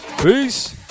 Peace